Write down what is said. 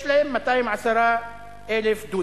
יש להם 210,000 דונם,